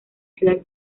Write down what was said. ciudad